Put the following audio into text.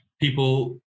people